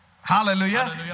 Hallelujah